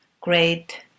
great